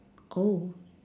oh